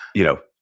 you know,